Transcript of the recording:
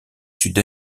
sud